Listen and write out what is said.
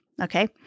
Okay